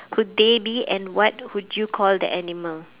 would they be and what would you call the animal